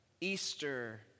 Easter